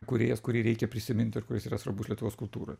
kūrėjas kurį reikia prisimint ir kuris yra svarbus lietuvos kultūrai